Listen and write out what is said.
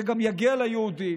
זה גם יגיע ליהודים,